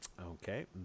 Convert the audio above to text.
Okay